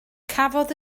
cafodd